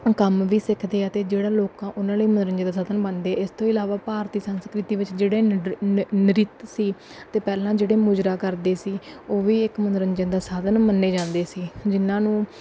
ਕੰਮ ਵੀ ਸਿੱਖਦੇ ਆ ਅਤੇ ਜਿਹੜਾ ਲੋਕਾਂ ਉਹਨਾਂ ਲਈ ਮਨੋਰੰਜਨ ਦਾ ਸਾਧਨ ਬਣਦੇ ਇਸ ਤੋਂ ਇਲਾਵਾ ਭਾਰਤੀ ਸੰਸਕ੍ਰਿਤੀ ਵਿੱਚ ਜਿਹੜੇ ਨਿਡਰ ਨਿ ਨ੍ਰਿੱਤ ਸੀ ਅਤੇ ਪਹਿਲਾਂ ਜਿਹੜੇ ਮੁਜਰਾ ਕਰਦੇ ਸੀ ਉਹ ਵੀ ਇੱਕ ਮਨੋਰੰਜਨ ਦਾ ਸਾਧਨ ਮੰਨੇ ਜਾਂਦੇ ਸੀ ਜਿਹਨਾਂ ਨੂੰ